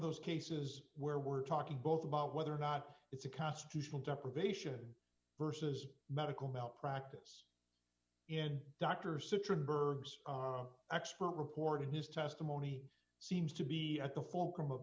those cases where we're talking both about whether or not it's a constitutional deprivation versus medical malpractise in dr citron her expert reporting his testimony seems to be at the fulcrum of